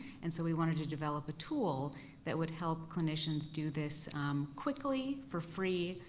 and so we wanted to develop a tool that would help clinicians do this quickly, for free,